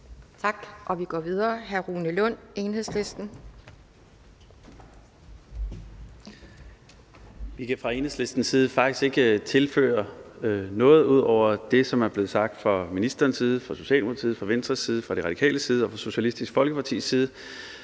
Kl. 13:46 (Ordfører) Rune Lund (EL): Vi kan fra Enhedslistens side faktisk ikke tilføje noget ud over det, som er blevet sagt fra ministerens side, fra Socialdemokratiets side, fra Venstres side, fra De Radikales side og fra Socialistisk Folkepartis side.